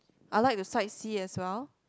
I like to sightsee as well